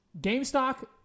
GameStop